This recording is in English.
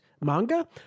manga